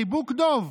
חיבוק דוב.